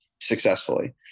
successfully